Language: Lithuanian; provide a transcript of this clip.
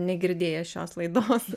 negirdėję šios laidos